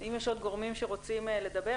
אם יש עוד גורמים שרוצים לדבר.